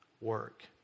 work